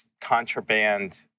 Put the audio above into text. contraband